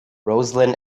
roslyn